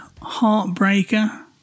Heartbreaker